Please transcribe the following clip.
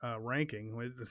ranking